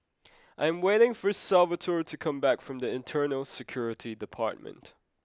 I am waiting for Salvatore to come back from Internal Security Department